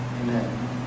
Amen